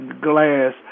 glass